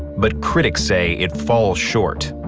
but critics say it falls short.